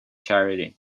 charity